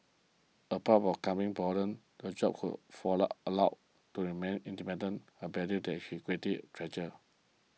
apart curbing boredom the job allow to remain independent a value that he greatly treasured